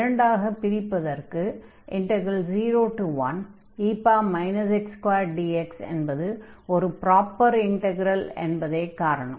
இரண்டாகப் பிரிப்பதற்கு 01dx என்பது ஒரு ப்ராப்பர் இன்டக்ரல் என்பதே காரணம்